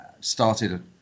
Started